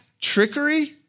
trickery